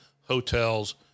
hotels